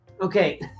Okay